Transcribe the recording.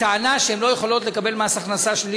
הטענה שהן לא יכולות לקבל מס הכנסה שלילי